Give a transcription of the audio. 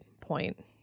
point